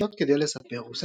לחיות כדי לספר,